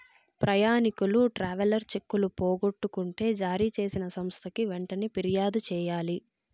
ప్రయాణికులు ట్రావెలర్ చెక్కులు పోగొట్టుకుంటే జారీ చేసిన సంస్థకి వెంటనే ఫిర్యాదు చెయ్యాలి